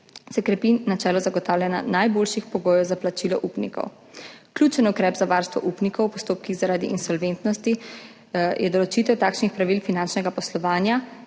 se krepi načelo zagotavljanja najboljših pogojev za plačilo upnikov. Ključen ukrep za varstvo upnikov v postopkih zaradi insolventnosti je določitev takšnih pravil finančnega poslovanja,